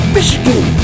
Michigan